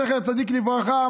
זכר צדיק לברכה,